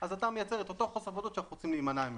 אז אתה מייצר את אותו חוסר ודאות שאנחנו רוצים להימנע ממנו.